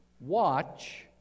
watch